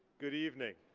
good evening.